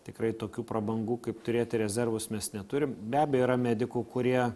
tikrai tokių prabangų kaip turėti rezervus mes neturim be abejo yra medikų kurie